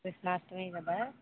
కృష్ణాష్టమి కదా